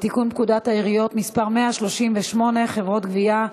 לתיקון פקודת העיריות (מס' 138) (חברות גבייה),